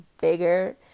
bigger